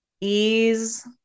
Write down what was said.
ease